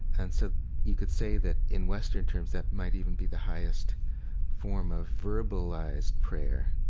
and so you could say that in western terms that might even be the highest form of verbalized prayer